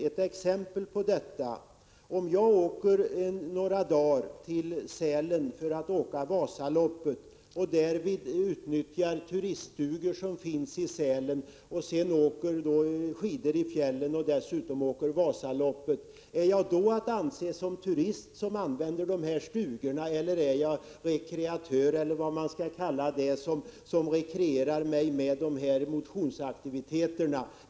Ett exempel: Om jag reser till Sälen några dagar för att åka Vasaloppet och därvid utnyttjar de turiststugor som finns i Sälen, åker skidor i fjällen och sedan åker Vasaloppet, är jag då att anse som turist som använder de här stugorna eller är jag rekreatör, eller vad man skall kalla mig, som rekreerar mig med de här motionsaktiviteterna?